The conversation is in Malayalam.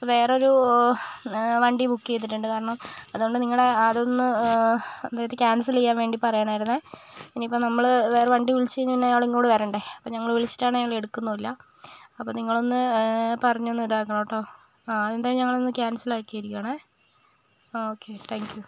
വേറൊരു വണ്ടി ബുക്ക് ചെയ്തിട്ടുണ്ട് കാരണം അതുകൊണ്ട് നിങ്ങള് അതൊന്ന് അതായത് ക്യാൻസൽ ചെയ്യാൻ വേണ്ടി പറയാനായിരുന്നേ ഇനിയിപ്പം നമ്മള് വേറേ വണ്ടി വിളിച്ച് കഴിഞ്ഞ് പിന്നേ അയാള് ഇങ്ങോട് വരണ്ടേ അപ്പം ഞങ്ങള് വിളിച്ചിട്ടാണെങ്കില് അയാള് ഏടുക്കുന്നും ഇല്ല അപ്പം നിങ്ങളൊന്ന് പറഞ്ഞൊന്ന് ഇതാക്കണം കെട്ടോ അ അതെന്തായാലും ഞങ്ങള് ഇന്ന് ക്യാൻസലാക്കി ഇരിക്കുവാണ് ഓക്കേ ടാങ്ക് യൂ